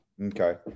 Okay